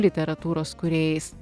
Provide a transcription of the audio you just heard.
literatūros kūrėjais